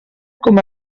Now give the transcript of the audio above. com